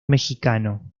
mexicano